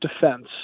defense